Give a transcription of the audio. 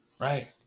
right